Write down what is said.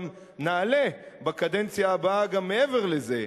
גם נעלה בקדנציה הבאה גם מעבר לזה,